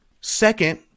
second